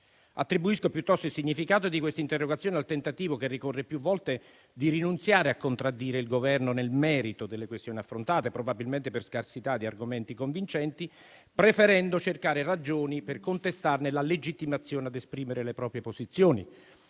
Attribuisco piuttosto il significato di questa interrogazione al tentativo, che ricorre più volte, di rinunziare a contraddire il Governo nel merito delle questioni affrontate, probabilmente per scarsità di argomenti convincenti, preferendo cercare ragioni per contestarne la legittimazione a esprimere le proprie posizioni.